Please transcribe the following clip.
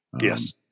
Yes